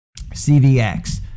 CVX